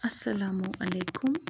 اَسَلامُ علیکُم